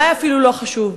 אולי אפילו לא חשוב.